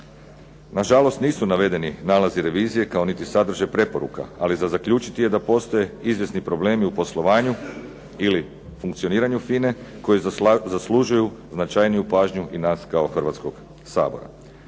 Na žalost, nisu navedeni nalazi revizije kao niti sadržaj preporuka, ali za zaključiti je da postoje izvjesni problemi u poslovanju ili funkcioniranju FINA-e koji zaslužuju značajniju pažnju i nas kao Hrvatskog sabora.